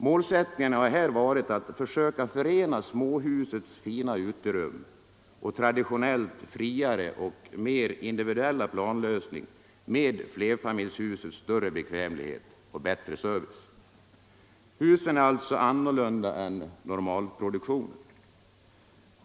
Målsättningen har här varit att försöka förena småhusets fina uterum — och traditionellt friare och mer individuella planlösning — med flerfamiljshusets större bekvämlighet och bättre service. Husen är alltså annorlunda än normalproduktionen.